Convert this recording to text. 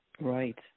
Right